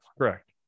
Correct